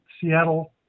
Seattle